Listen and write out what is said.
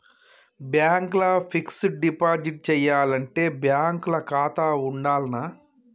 Bank ల fixed deposit చేయాలంటే bank ల ఖాతా ఉండాల్నా?